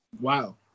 Wow